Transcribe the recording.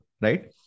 right